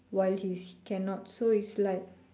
while he's cannot so it's like